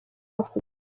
afurika